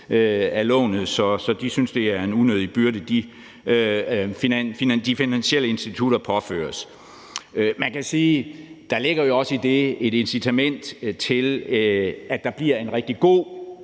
af lånet, så de synes, det er en unødig byrde, de finansielle institutter påføres. Man kan sige, at der jo også i det ligger et incitament til, at der bliver en rigtig god